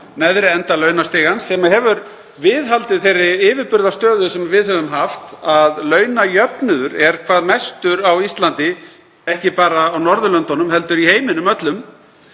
neðri enda launastigans sem hefur viðhaldið þeirri yfirburðastöðu sem við höfum haft að launajöfnuður er hvað mestur á Íslandi, ekki bara á Norðurlöndunum heldur í heiminum öllum.